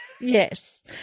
Yes